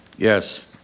yes.